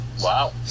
Wow